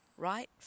Right